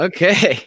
Okay